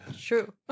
true